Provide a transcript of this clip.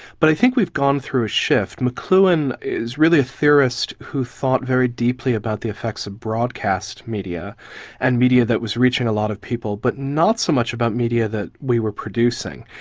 but i think we've gone through a shift. mcluhan is really a theorist who thought very deeply about the effects of the broadcast media and media that was reaching a lot of people, but not so much about media that we were producing.